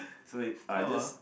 so it uh just